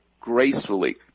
gracefully